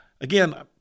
Again